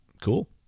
cool